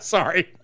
Sorry